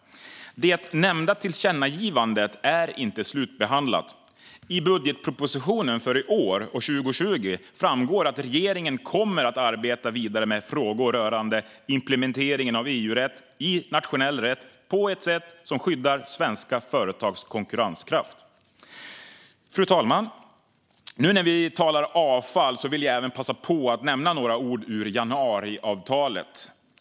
Det nämnda tillkännagivandet är inte slutbehandlat. I budgetpropositionen för i år, 2020, framgår att regeringen kommer att arbeta vidare med frågor rörande implementeringen av EU-rätt i nationell rätt på ett sätt som skyddar svenska företags konkurrenskraft. Fru talman! Nu när vi talar om avfall vill jag passa på att nämna några ord om januariavtalet.